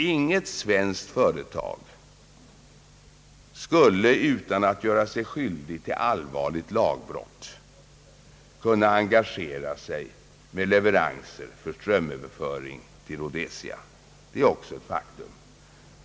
Inget svenskt företag skulle utan att göra sig skyldigt till allvarligt lagbrott kunna engagera sig med leveranser för strömöverföring till Rhodesia. Det är ett faktum.